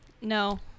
No